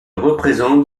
représente